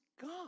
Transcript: gone